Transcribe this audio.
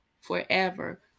forever